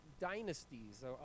dynasties